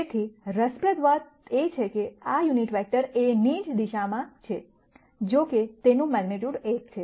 તેથી રસપ્રદ વાત એ છે કે આ યુનિટ વેક્ટર A ની જ દિશામાં છે જો કે તેનું મેગ્નીટ્યૂડ 1 છે